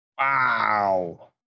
Wow